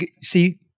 see